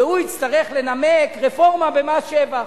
והוא יצטרך לנמק רפורמה במס שבח,